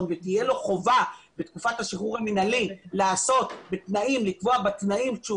ותהיה לו חובה בתקופת השחרור המנהלי לקבוע בתנאים כשהוא